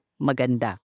maganda